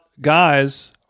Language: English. guys